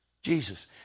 Jesus